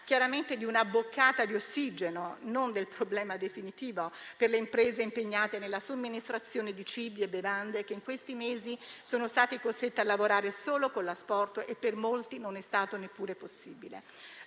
chiaramente di una boccata di ossigeno, non della soluzione definitiva al problema, per le imprese impegnate nella somministrazione di cibi e bevande che in questi mesi sono state costrette a lavorare solo con l'asporto (e per molti non è stato neppure possibile).